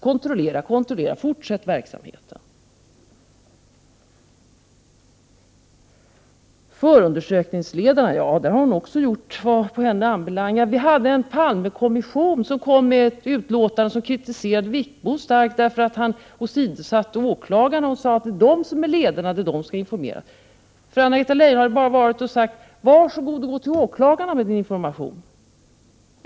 Kontrollera, kontrollera, fortsätt verksamheten! När det gäller förundersökningsledarna säger man också att Anna-Greta Leijon gjort vad på henne ankommer. Vi hade en Palmekommission som i ett utlåtande starkt kritiserade Sten Wickbom för att han åsidosatt åklagarna. Man framhöll att det är åklagarna som är ledarna och att det är de som skall informeras. För Anna-Greta Leijon hade det bara varit att säga: Var så god och gå till åklagarna med din information!